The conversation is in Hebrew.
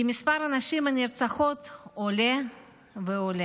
כי מספר הנשים הנרצחות עולה ועולה.